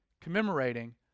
commemorating